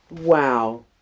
Wow